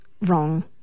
wrong